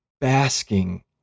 basking